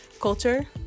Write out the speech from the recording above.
culture